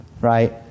right